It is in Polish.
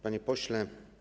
Panie Pośle!